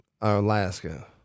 Alaska